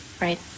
Right